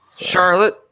Charlotte